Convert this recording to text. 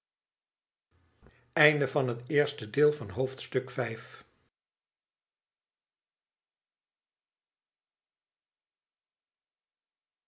hoofdstuk van het eerste deel van het